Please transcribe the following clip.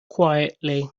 quietly